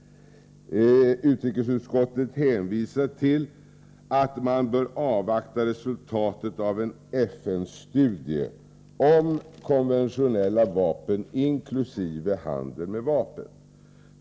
Utrikesutskottet hänvisar till att man bör avvakta resultatet av en FN-studie om konventionella vapen inkl. handel med vapen.